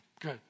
Good